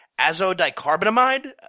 azodicarbonamide